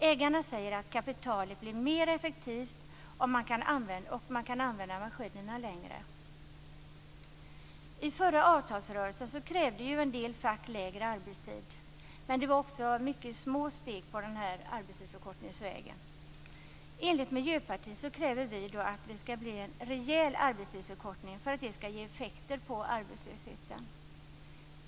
Ägarna säger att kapitalet blir mer effektivt om man kan använda maskinerna längre. I förra avtalsrörelsen krävde en del fack lägre arbetstid, men det var mycket små steg på arbetstidsförkortningsvägen. Enligt Miljöpartiet krävs en rejäl arbetstidsförkortning för att det skall bli effekter på arbetslösheten.